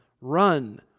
run